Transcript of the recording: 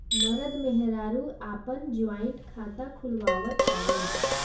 मरद मेहरारू आपन जॉइंट खाता खुलवावत हवन